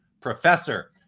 professor